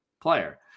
player